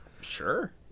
Sure